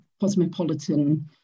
cosmopolitan